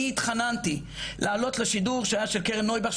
אני התחננתי לעלות לשידור שהיה של קרן נוייבך,